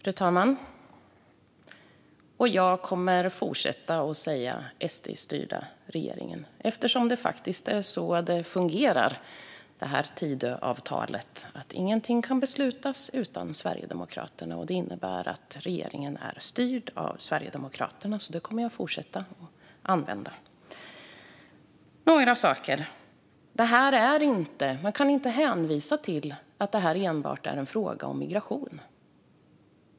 Fru talman! Jag kommer att fortsätta att kalla regeringen SD-styrd, eftersom det faktiskt är så det fungerar med Tidöavtalet. Ingenting kan beslutas utan Sverigedemokraterna, och det innebär att regeringen är styrd av Sverigedemokraterna. Jag kommer därför att fortsätta använda det uttrycket. Jag har några saker att ta upp. Man kan inte hävda att detta enbart är en fråga om migration.